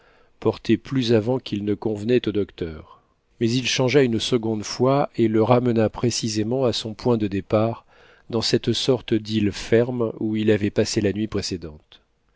portait plus avant qu'il ne convenait au docteur mais il changea une seconde fois et le ramena précisément à son point de départ dans cette sorte d'île ferme où il avait passé la nuit précédente